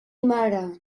mare